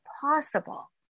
possible